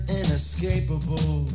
inescapable